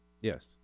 Yes